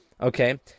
okay